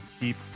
keep